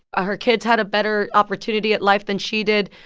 ah her kids had a better opportunity at life than she did.